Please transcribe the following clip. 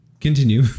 continue